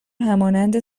همانند